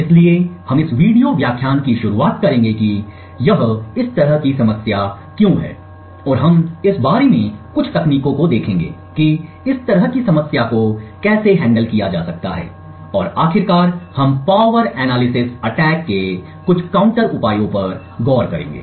इसलिए हम इस वीडियो व्याख्यान की शुरुआत करेंगे कि यह इस तरह की समस्या क्यों है और हम इस बारे में कुछ तकनीकों को देखेंगे कि इस तरह की समस्या को कैसे हैंडल किया जा सकता है और आखिरकार हम पावर एनालिसिस अटैक के कुछ काउंटर उपायों पर गौर करेंगे